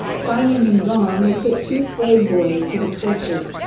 finding him gone they put two slave boys to the torture,